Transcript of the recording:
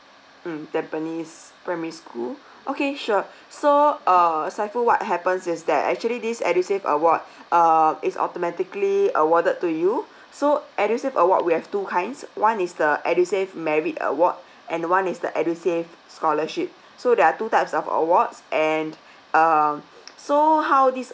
mm tampines primary school okay sure so err shaiful what happens is that actually this edusave award err is automatically awarded to you so edusave award we have two kinds one is the edusave merit award and one is the edusave scholarship so there are two types of awards and uh so how these